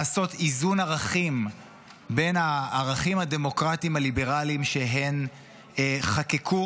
לעשות איזון ערכים בין הערכים הדמוקרטיים-הליברליים שהן חקקו